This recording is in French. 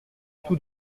tout